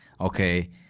okay